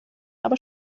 aber